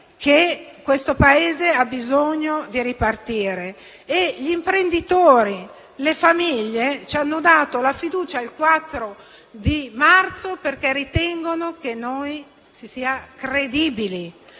che questo Paese ha bisogno di ripartire; gli imprenditori e le famiglie ci hanno dato fiducia, il 4 marzo, perché ritengono che noi si sia credibili.